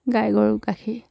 গাই গৰুৰ গাখীৰ